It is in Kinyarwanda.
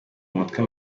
mutwe